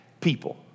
people